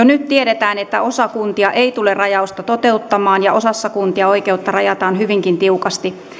nyt tiedetään että osa kuntia ei tule rajausta toteuttamaan ja osassa kuntia oikeutta rajataan hyvinkin tiukasti